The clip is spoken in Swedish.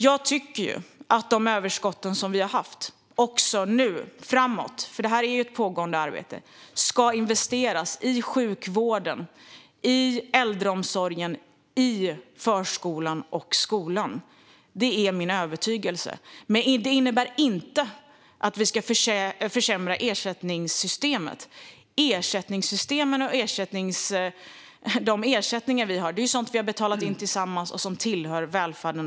Jag tycker ju att de överskott som vi har haft också framåt - det här är ju ett pågående arbete - ska investeras i sjukvården, i äldreomsorgen, i förskolan och skolan. Det är min övertygelse. Men det innebär inte att vi ska försämra ersättningssystemet. De ersättningar vi har är sådant som vi har betalat in tillsammans och som tillhör välfärden.